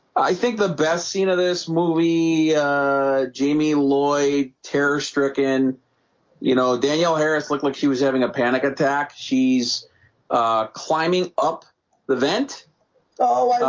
i think the best scene of this movie jamie lloyd terror-stricken you know daniel harris looked like she was having a panic attack. she's climbing up the vent oh,